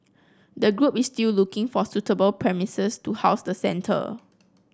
the group is still looking for suitable premises to house the centre